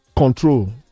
Control